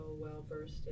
well-versed